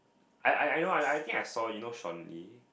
I I I I know I I think I saw you know Shaun-Lee